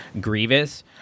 Grievous